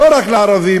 לא רק לערבים,